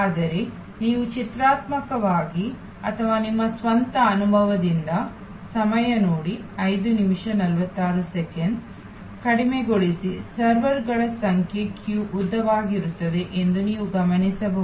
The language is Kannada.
ಆದರೆ ನೀವು ಚಿತ್ರಾತ್ಮಕವಾಗಿ ಅಥವಾ ನಿಮ್ಮ ಸ್ವಂತ ಅನುಭವದಿಂದ ಕಡಿಮೆಗೊಳಿಸಿದ ಸರ್ವರ್ಗಳ ಸಂಖ್ಯೆ ಸರದಿ ಉದ್ದವಾಗಿರುತ್ತದೆ ಎಂದು ನೀವು ಗಮನಿಸಬಹುದು